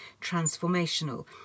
transformational